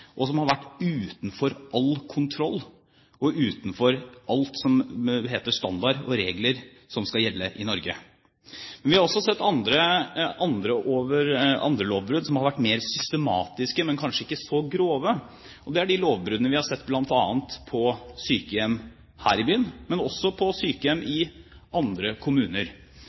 og som har vært utenfor all kontroll og utenfor alt som heter standard og regler som skal gjelde i Norge. Vi har også sett andre lovbrudd som har vært mer systematiske, men kanskje ikke så grove. Det er de lovbruddene vi har sett bl.a. på sykehjem her i byen, men også på sykehjem i andre kommuner.